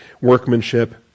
workmanship